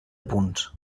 punts